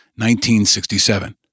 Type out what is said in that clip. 1967